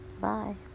Bye